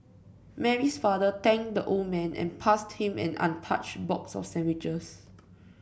Mary's father thanked the old man and passed him an untouched box of sandwiches